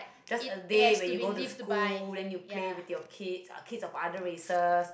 just a day where you go to school then you play with your kids or kids of other races